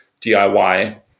DIY